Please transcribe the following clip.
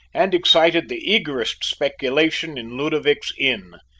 and excited the eagerest speculation in ludovic's inn.